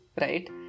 right